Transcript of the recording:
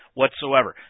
whatsoever